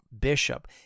bishop